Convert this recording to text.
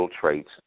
traits